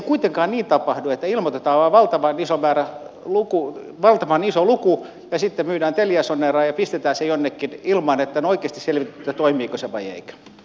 mutta ei se kuitenkaan niin tapahdu että vain ilmoitetaan valtavan iso luku ja sitten myydään teliasonera ja pistetään se jonnekin ilman että on oikeasti selvitetty toimiiko se vai ei